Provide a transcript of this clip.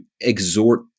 exhort